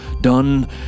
done